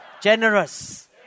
Generous